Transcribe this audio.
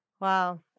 Wow